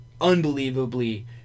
unbelievably